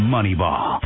Moneyball